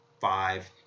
five